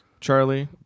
Charlie